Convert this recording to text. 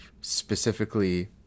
specifically